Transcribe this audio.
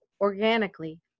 organically